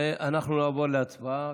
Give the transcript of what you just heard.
אנחנו נעבור להצבעה.